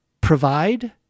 provide